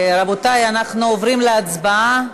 רבותי, אנחנו עוברים להצבעה.